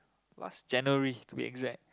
last January to be exact